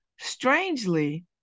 Strangely